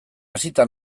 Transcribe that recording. hasita